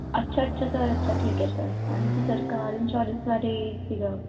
ਅੱਛਾ ਅੱਛਾ ਸਰ ਅੱਛਾ ਠੀਕ ਹੈ ਸਰ ਹਾਂਜੀ ਸਰ ਕਾਰ ਇੰਸ਼ੋਰੈਂਸ ਬਾਰੇ ਸੀਗਾ